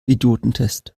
idiotentest